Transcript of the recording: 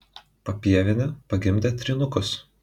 papievienė pagimdė trynukus